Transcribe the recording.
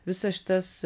visas šitas